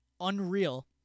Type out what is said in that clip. unreal